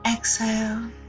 Exhale